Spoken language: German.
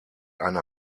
eine